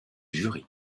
jury